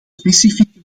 specifieke